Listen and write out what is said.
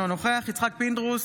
בעד יצחק פינדרוס,